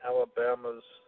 Alabama's